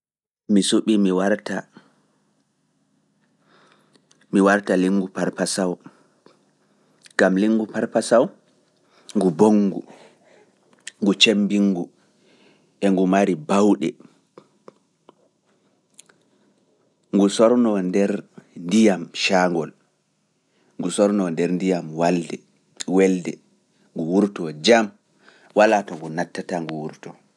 Mi suɓi, mi warta lingu Parpasaw, gam lingu Parpasaw ngu bonngu, ngu cembingu, e ngu mari bawɗe, ngu sorno nder ndiyam caangol, ngu sorno nder ndiyam welde, ngu wurtoo jam, walaa to ngu nattata ngu wurtoo.